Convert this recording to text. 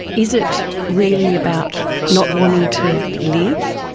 is it really about not wanting to live?